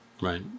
Right